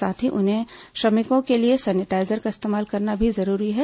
साथ ही उन्हें श्रमिकों के लिए सैनिटाईजर का इस्तेमाल करना भी जरूरी है